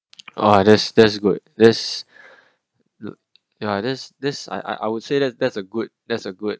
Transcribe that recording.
oh that's that's good there's yeah there's this I I would say that that's a good that's a good